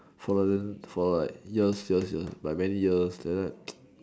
fall for like years years years by many years